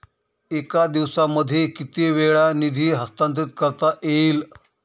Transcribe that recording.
एका दिवसामध्ये किती वेळा निधी हस्तांतरीत करता येईल?